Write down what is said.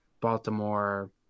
Baltimore